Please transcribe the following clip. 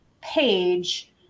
Page